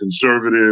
conservative